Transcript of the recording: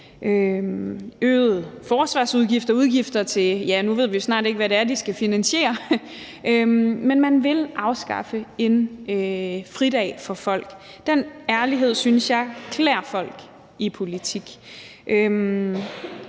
øgede forsvarsudgifter og andre udgifter. Ja, nu ved vi jo snart ikke, hvad de skal finansiere. Men man vil afskaffe en fridag for folk. Den ærlighed synes jeg klæder folk i politik.